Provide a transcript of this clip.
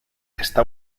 está